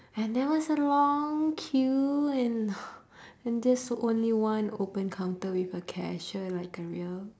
and there was a long queue and and just only one open counter with a cashier like a real